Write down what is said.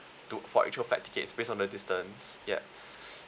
to for actual flight tickets based on the distance ya